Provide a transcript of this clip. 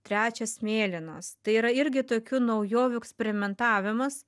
trečias mėlynas tai yra irgi tokių naujovių eksperimentavimas